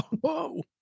Whoa